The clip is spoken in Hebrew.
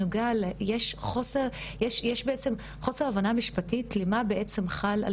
יש חוסר של הבנה משפטית למה בעצם חל על